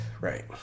right